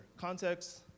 Context